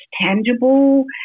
tangible